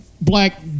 black